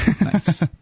Nice